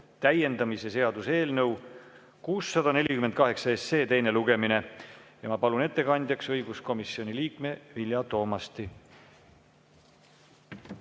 täiendamise seaduse eelnõu 648 teine lugemine. Ma palun ettekandjaks õiguskomisjoni liikme Vilja Toomasti.